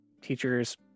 teachers